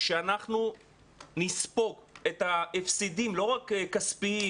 שאנחנו נספור את ההפסדים, לא רק כספיים.